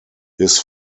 his